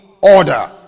order